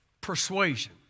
persuasion